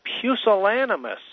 pusillanimous